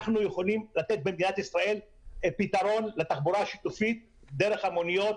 אנחנו יכולים לתת במדינת ישראל פתרון לתחבורה השיתופית דרך המוניות,